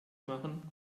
machen